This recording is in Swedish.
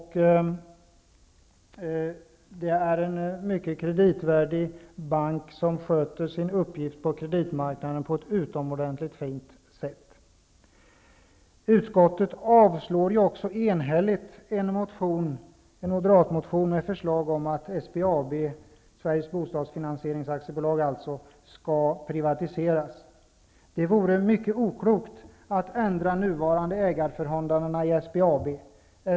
Det är en mycket kreditvärdig bank som sköter sin uppgift på kreditmarknaden utomordentligt bra. Bostadsfinansierings AB, skall privatiseras. Det vore mycket oklokt att ändra nuvarande ägarförhållanden i SPAB.